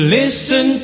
listen